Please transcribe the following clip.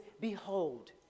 Behold